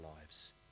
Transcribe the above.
lives